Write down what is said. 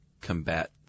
combat